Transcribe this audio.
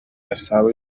gasabo